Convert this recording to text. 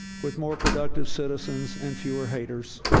with more productive citizens and fewer haters,